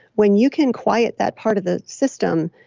when you can quiet that part of the system,